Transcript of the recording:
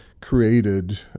created